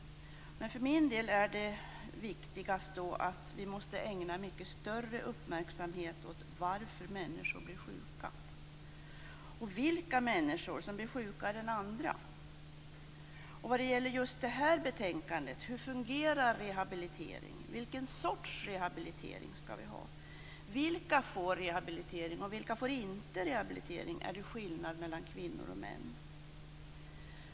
Men för min del är det viktigast att vi ägnar mycket större uppmärksamhet åt varför människor blir sjuka och vilka människor som blir sjukare än andra. Vad gäller just det här betänkandet är frågorna: Hur fungerar rehabiliteringen? Vilken sorts rehabilitering skall vi ha? Vilka får rehabilitering och vilka får inte rehabilitering? Är det skillnad mellan kvinnor och män?